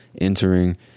entering